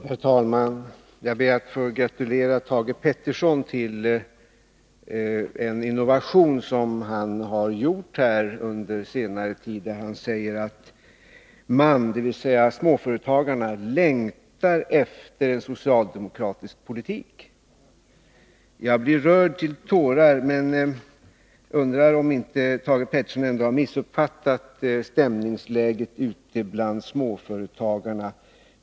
Herr talman! Jag ber att få gratulera Thage Peterson till en innovation som Fredagen den han har gjort. Han säger att man, dvs. småföretagarna, längtar efter en 11 juni 1982 socialdemokratisk politik. Jag blir rörd till tårar. Men jag undrar om inte Thage Peterson har missuppfattat stämningsläget bland småföretagarna.